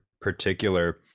particular